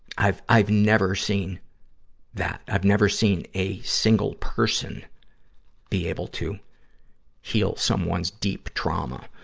i've, i've never seen that. i've never seen a single person be able to heal someone's deep trauma.